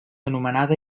anomenada